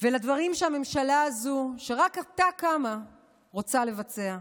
והדברים שהממשלה הזו שרק עתה קמה רוצה לבצע.